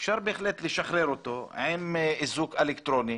אפשר בהחלט לשחרר אותו עם איזוק אלקטרוני